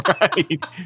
Right